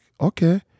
okay